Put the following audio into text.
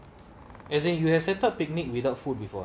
as in you have settled picnic without food before